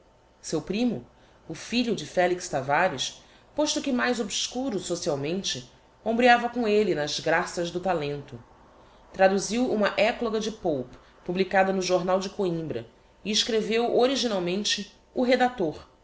seu primo o filho de felix tavares posto que mais obscuro socialmente hombreava com elle nas graças do talento traduziu uma ecloga de pope publicada no jornal de coimbra e escreveu originalmente o redactor